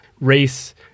Race